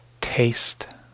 taste